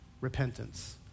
repentance